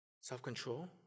self-control